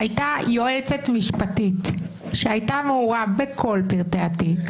הייתה יועצת משפטית שהייתה מעורה בכל פרטי התיק.